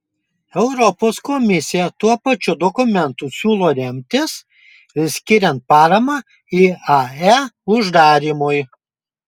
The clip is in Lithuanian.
europos komisija tuo pačiu dokumentu siūlo remtis ir skiriant paramą iae uždarymui